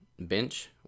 bench